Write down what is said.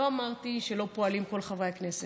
לא אמרתי שלא פועלים כל חברי הכנסת.